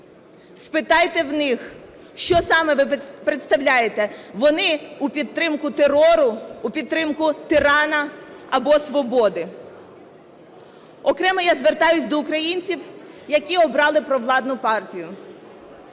Спитайте у них, що саме ви представляєте. Вони у підтримку терору, у підтримку тирана або свободи? Окремо я звертаюсь до українців, які обрали провладну партію.